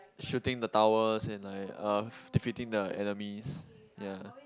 shooting the towers and like uh defeating the enemies ya